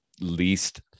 least